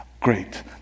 Great